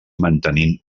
mantenint